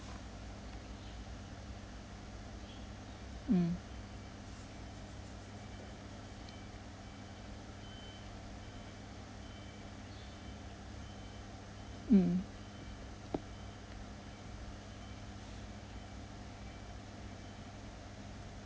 mm mm